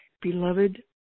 Beloved